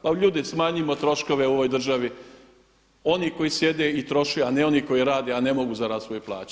Pa ljudi smanjimo troškove u ovoj državi, oni koji sjede i troše a ne oni koji rade a ne mogu zaraditi svoju plaću.